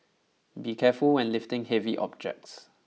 be careful when lifting heavy objects